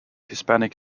hispanic